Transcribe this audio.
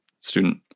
student